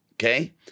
Okay